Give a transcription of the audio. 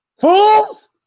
Fools